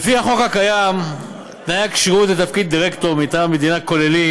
לפי החוק הקיים תנאי הכשירות לתפקיד דירקטור מטעם המדינה כוללים